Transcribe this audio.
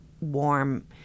warm